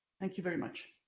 thank you very much.